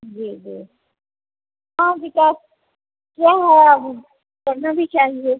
जी जी हाँ विकास क्या है अब बढ़ना भी चाहिए